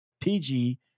pg